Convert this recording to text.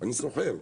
אני סוחר,